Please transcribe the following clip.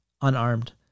unarmed